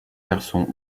garçon